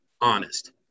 honest